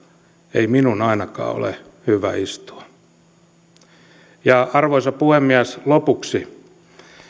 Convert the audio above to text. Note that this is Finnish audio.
ei minun ainakaan ole hyvä istua arvoisa puhemies lopuksi